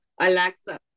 Alexa